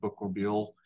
bookmobile